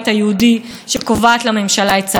מי שחותר תחת עקרון שלטון העם,